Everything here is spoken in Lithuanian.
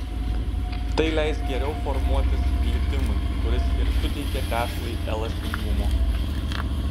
tai leis geriau formuotis glitimui kuris ir suteikia tešlai elastingumo